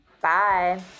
Bye